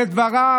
לדבריו,